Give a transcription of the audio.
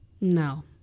No